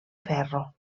ferro